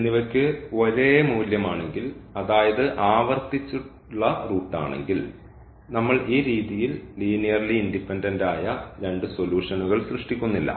എന്നിവയ്ക്ക് ഒരേ മൂല്യമാണെങ്കിൽ അതായത് ആവർത്തിച്ചുള്ള റൂട്ട് ആണെങ്കിൽ നമ്മൾ ഈ രീതിയിൽ ലീനിയർലി ഇൻഡിപെൻഡൻറ് ആയ രണ്ട് സൊലൂഷൻഉകൾ സൃഷ്ടിക്കുന്നില്ല